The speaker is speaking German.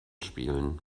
spielen